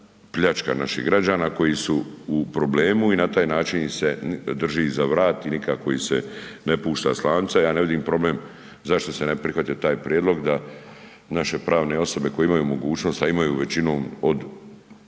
naših građana koji su u problemu i na taj način ih se drži za vrat i nikako ih se ne pušta s lanca. Ja ne vidim problem zašto se bi prihvatio taj prijedlog da naše pravne osobe koje imaju mogućnost, a imaju većinom od